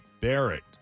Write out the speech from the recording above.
Barrett